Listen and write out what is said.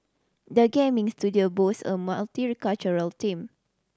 the gaming studio boast a multicultural team